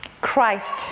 Christ